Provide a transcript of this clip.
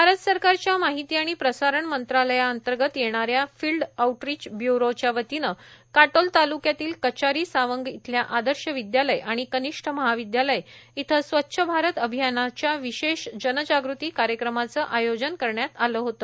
भारत सरकारच्या माहिती आणि प्रसारण मंत्रालया अंतर्गत येण्याऱ्या फिल्ड आउटरीच ब्यूरोच्या वतीनं काटोल तालुक्यातील कचारी सावंगा इथल्या आदर्श विदयालय आणि कनिष्ठ महाविदयालय इथं स्वच्छ भारत अभियानाच्या विशेष जनजागृती कार्यक्रमाचं आयोजन करण्यात आले होते